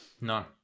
No